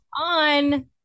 on